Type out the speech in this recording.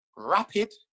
Rapid